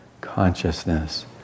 consciousness